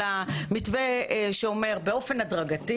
על המתווה שאומר: באופן הדרגתי.